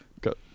Got